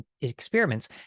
experiments